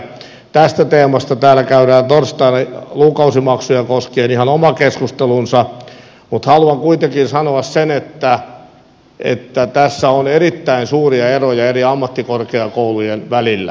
tästä teemasta täällä käydään torstaina lukukausimaksuja koskien ihan oma keskustelunsa mutta haluan kuitenkin sanoa sen että tässä on erittäin suuria eroja eri ammattikorkeakoulujen välillä